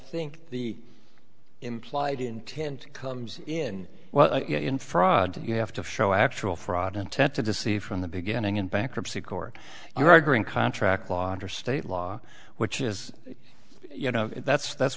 think the implied intent comes in well in fraud you have to show actual fraud intent to deceive from the beginning in bankruptcy court you are going contract law under state law which is you know that's that's